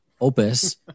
opus